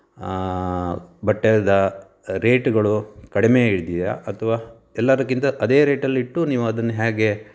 ಬಟ್ಟೇದ ರೇಟುಗಳು ಕಡಿಮೆ ಇದೆಯಾ ಅಥ್ವಾ ಎಲ್ಲರಕ್ಕಿಂತ ಅದೇ ರೇಟಲ್ಲಿಟ್ಟು ನೀವು ಅದನ್ನು ಹೇಗೆ